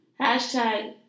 Hashtag